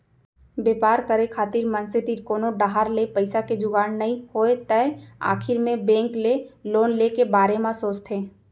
बेपार करे खातिर मनसे तीर कोनो डाहर ले पइसा के जुगाड़ नइ होय तै आखिर मे बेंक ले लोन ले के बारे म सोचथें